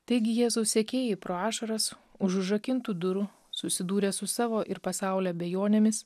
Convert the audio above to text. taigi jėzaus sekėjai pro ašaras už užrakintų durų susidūrę su savo ir pasaulio abejonėmis